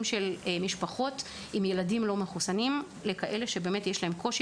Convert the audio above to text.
של משפחות עם ילדים לא מחוסנים ולכאלה שיש להם קושי